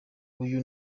uyu